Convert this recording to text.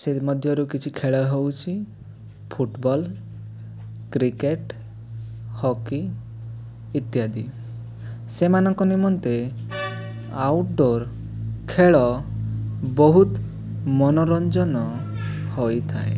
ସେଇମଧ୍ୟରୁ କିଛି ଖେଳ ହେଉଛି ଫୁଟବଲ୍ କ୍ରିକେଟ ହକି ଇତ୍ୟାଦି ସେମାନଙ୍କ ନିମନ୍ତେ ଆଉଟ୍ ଡୋର୍ ଖେଳ ବହୁତ ମନୋରଞ୍ଜନ ହୋଇଥାଏ